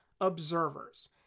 observers